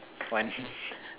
want